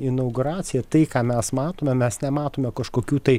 inauguracija tai ką mes matome mes nematome kažkokių tai